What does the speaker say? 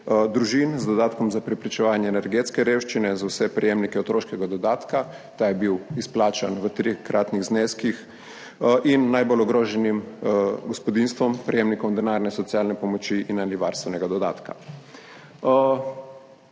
družin z dodatkom za preprečevanje energetske revščine za vse prejemnike otroškega dodatka, ta je bil izplačan v trikratnih zneskih, in najbolj ogroženim gospodinjstvom, prejemnikom denarne socialne pomoči in/ali varstvenega dodatka.